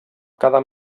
cada